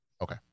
Okay